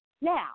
Now